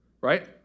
right